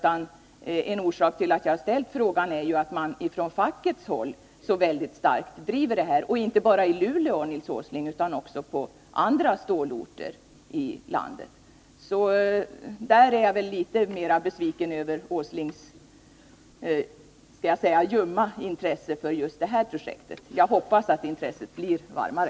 En orsak till att jag ställt frågan är att man på fackligt håll så väldigt starkt driver detta. Det sker inte bara i Luleå, Nils Åsling, utan även på andra stålorter i landet. Därför är jag litet besviken över Nils Åslings ljumma intresse för just detta projekt. Jag hoppas att intresset blir varmare.